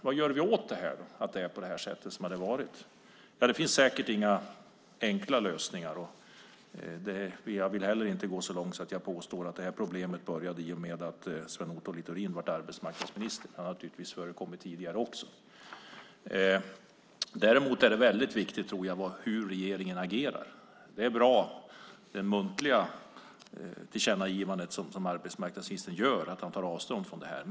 Vad gör vi åt att det är så här? Det finns säkert inga enkla lösningar. Jag vill inte heller gå så långt att jag påstår att det här problemet började i och med att Sven Otto Littorin blev arbetsmarknadsminister. Det har naturligtvis förekommit tidigare också. Däremot tror jag att det är väldigt viktigt hur regeringen agerar. Arbetsmarknadsministerns muntliga tillkännagivande om att han tar avstånd från detta är bra.